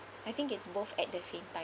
I think it's both at the same time